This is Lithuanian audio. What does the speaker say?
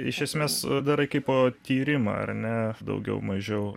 iš esmės darai kaipo tyrimą ar ne daugiau mažiau